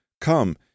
Come